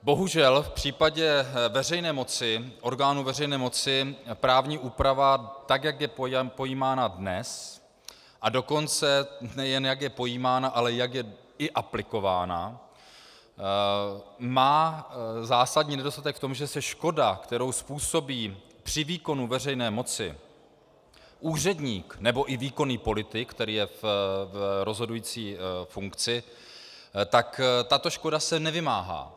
Bohužel v případě orgánů veřejné moci právní úprava, tak jak je pojímána dnes, a dokonce nejen jak je pojímána, ale i jak je aplikována, má zásadní nedostatek v tom, že se škoda, kterou způsobí při výkonu veřejné moci úředník nebo i výkonný politik, který je v rozhodující funkci, tak tato škoda se nevymáhá.